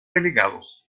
delegados